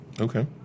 Okay